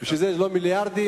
לכן זה לא מיליארדים,